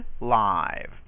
live